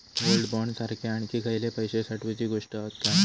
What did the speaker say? Gold bond सारखे आणखी खयले पैशे साठवूचे गोष्टी हत काय?